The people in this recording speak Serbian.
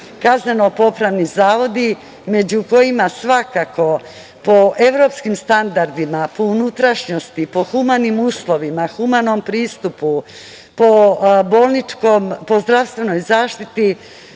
novi iz temelja KPZ, među kojima svakako po evropskim standardima, po unutrašnjosti, po humanim uslovima, po humanom pristupu, po zdravstvenoj zaštiti